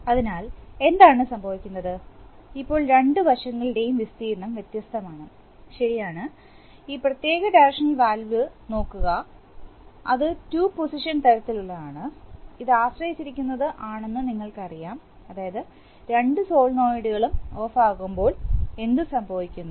അതിനാൽ എന്താണ് സംഭവിക്കുന്നത് ഇപ്പോൾ രണ്ട് വശങ്ങളുടെയും വിസ്തീർണം വ്യത്യസ്തമാണ് ശരിയാണ് ഈ പ്രത്യേക ഡയറക്ഷൻൽ വാൽവിലേക്ക് നോക്കുക അത് ടു പൊസിഷൻ തരത്തിലുള്ളതാണ് ഇത് ആശ്രയിച്ചിരിക്കുന്നത് ആണെന്ന് നിങ്ങൾക്കറിയാം അതായത് രണ്ട് സോളിനോയിഡുകളും ഓഫ് ആകുമ്പോൾ എന്തു സംഭവിക്കുന്നു